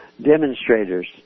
demonstrators